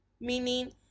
meaning